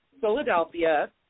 Philadelphia